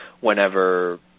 whenever